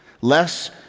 Less